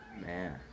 Man